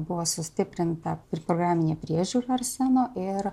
buvo sustiprinta ir programinė priežiūra arseno ir